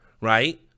right